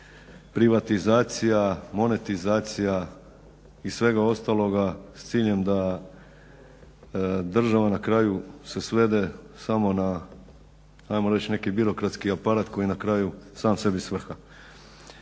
privatizacija, monetizacija i svega ostaloga s ciljem da država na kraju se svede samo na hajmo reći neki birokratski aparat koji na kraju sam sebi svrha.